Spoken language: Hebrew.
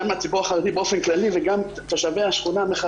גם הציבור החרדי באופן כללי וגם תושבי השכונה,